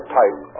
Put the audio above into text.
type